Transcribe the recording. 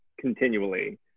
continually